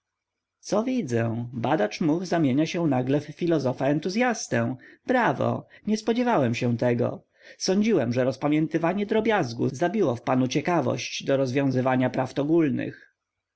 co widzę badacz much zamienia się nagle w filozofaentuzyastę brawo nie spodziewałem się tego sądziłem że rozpamiętywanie drobiazgu zabiło w panu ciekawość do rozwiązywania prawd ogólnych